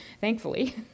thankfully